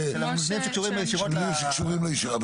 ובעניינים שקשורים לישיבות.